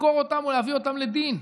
לחקור אותם ולהביא אותם לדין.